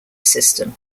system